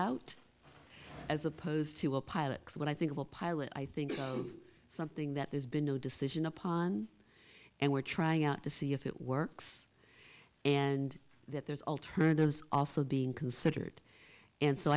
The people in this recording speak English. out as opposed to a pilot when i think of a pilot i think something that there's been no decision upon and we're trying out to see if it works and that there's alternatives also being considered and so